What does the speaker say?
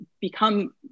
become